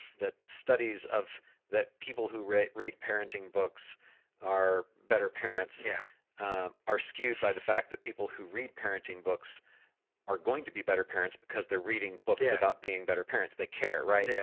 that studies of that people who re read parenting books are better. parents yeah are skewed by the fact that people who read parenting books are going to be better parents because they're reading books about being better parents. they care. right? yeah.